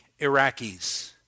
Iraqis